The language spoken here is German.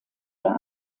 der